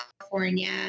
California